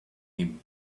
him